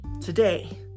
today